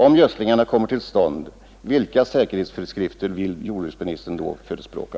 Om gödslingarna kommer till stånd, vilka säkerhetsföreskrifter vill jordbruksministern då förespråka?